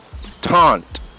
taunt